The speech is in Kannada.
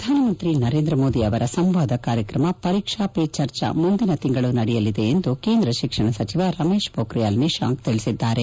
ಪ್ರಧಾನ ಮಂತ್ರಿ ನರೇಂದ್ರ ಮೋದಿ ಅವರ ಸಂವಾದ ಕಾರ್ಯಕ್ರಮ ಪರೀಕ್ಷಾ ಪೇ ಚರ್ಚಾ ಮುಂದಿನ ತಿಂಗಳು ನಡೆಯಲಿದೆ ಎಂದು ಕೇಂದ್ರ ಶಿಕ್ಷಣ ಸಚಿವ ರಮೇಶ್ ಪೋಬ್ರಿಯಾಲ್ ನಿಶಾಂಕ್ ತಿಳಿಸಿದ್ದಾರೆ